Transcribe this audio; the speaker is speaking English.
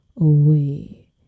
away